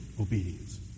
obedience